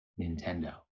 Nintendo